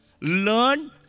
learn